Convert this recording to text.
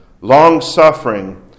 long-suffering